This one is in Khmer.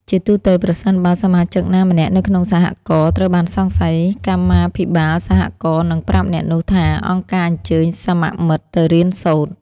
ជាទូទៅ ប្រសិនបើសមាជិកណាម្នាក់នៅក្នុងសហករណ៍ត្រូវបានសង្ស័យ កម្មាភិបាលសហករណ៍នឹងប្រាប់អ្នកនោះថា "អង្គការអញ្ជើញសមមិត្តទៅរៀនសូត្រ"។